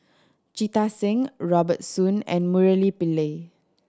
Jita Singh Robert Soon and Murali Pillai